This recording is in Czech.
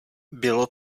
bylo